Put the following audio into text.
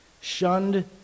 Shunned